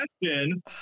question